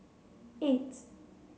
eight